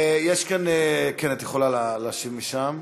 את יכולה להשיב משם.